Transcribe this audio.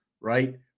right